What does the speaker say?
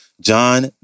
John